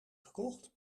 gekocht